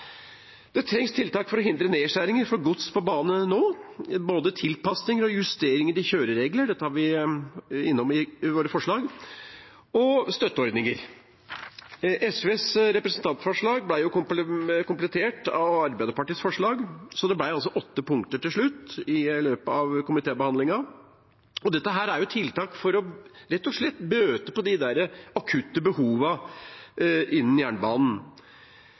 Det trengs tiltak for å hindre nedskjæringer i gods på bane nå, både tilpasninger og justeringer i kjøreregler – dette var vi innom i våre forslag – og støtteordninger. SVs representantforslag ble komplettert av Arbeiderpartiets forslag, så det ble altså åtte punkter til slutt i løpet av komitébehandlingen, og dette er tiltak rett og slett for å bøte på de akutte behovene innen jernbanen.